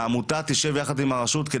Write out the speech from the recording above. העמותה תשב יחד עם הרשות,